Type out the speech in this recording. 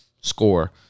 Score